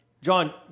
John